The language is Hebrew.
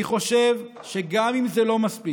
אני חושב שגם אם זה לא מספיק,